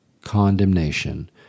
condemnation